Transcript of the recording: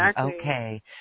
Okay